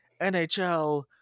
NHL